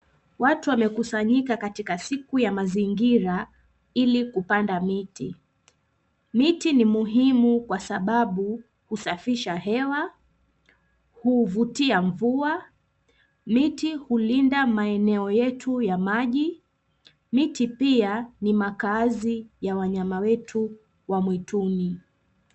Watu wamekusanyika katika siku ya mazingira ili kupanda miti. Miti ni muhimu kwasababu husafisha hewa, huvutia mvua, miti hulinda maeneo yetu ya maji, miti pia ni makaazi ya wanyama wetu wa mwituni.